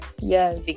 Yes